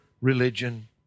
religion